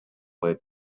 leads